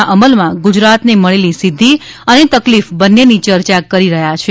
ના અમલમાં ગુજરાતને મળેલી સિધ્યિ અને તકલીફ બંનેની ચર્ચા કરી રહ્યા છે